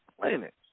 planet